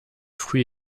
fruit